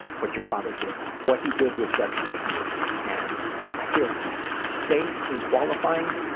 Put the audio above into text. what your father did. what he did was sexual abuse and i feel safe in qualifying